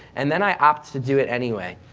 and then i opt to do it anyway.